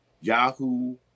Yahoo